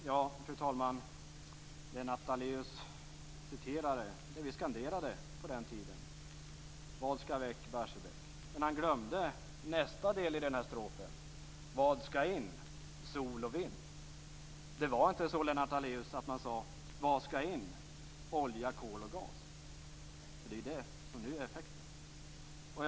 Fru talman! Lennart Daléus citerade det vi skanderade på den tiden: Vad skall väck? Barsebäck! Men han glömde nästa del i strofen: Vad skall in? Sol och vind! Man sade inte, Lennart Daléus: Vad skall in? Olja, kol och gas! Det är ju det som nu är effekten.